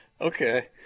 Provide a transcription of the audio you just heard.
Okay